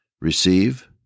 receive